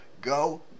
go